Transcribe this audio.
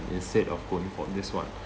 instead of going for this one